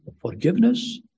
forgiveness